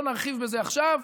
לא נרחיב בזה עכשיו.